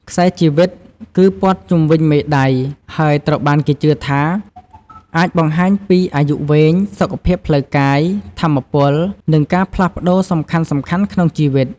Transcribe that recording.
ខ្សែជីវិត គឺព័ទ្ធជុំវិញមេដៃហើយត្រូវបានគេជឿថាអាចបង្ហាញពីអាយុវែង សុខភាពផ្លូវកាយ ថាមពល និងការផ្លាស់ប្តូរសំខាន់ៗក្នុងជីវិត។